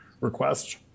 request